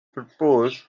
proposed